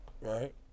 right